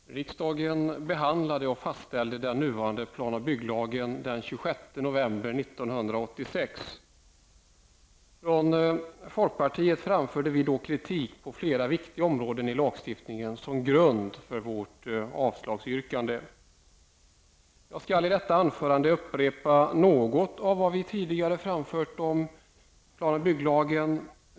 Herr talman! Riksdagen behandlade och fastställde den nuvarande plan och bygglagen den 26 november 1986. Från folkpartiet framförde vi då kritik på flera viktiga områden i lagstiftningen som grund för vårt avslagsyrkande. Jag skall i detta anförande upprepa något av vad vi tidigare framfört om PBL.